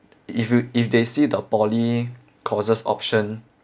if you if they see the poly courses option